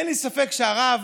אין לי ספק שהרב,